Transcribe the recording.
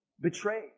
betrayed